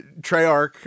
Treyarch